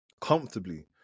Comfortably